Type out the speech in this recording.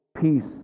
peace